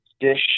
dish